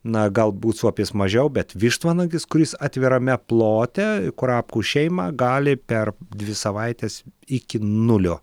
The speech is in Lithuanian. na galbūt suopis mažiau bet vištvanagis kuris atvirame plote kurapkų šeimą gali per dvi savaites iki nulio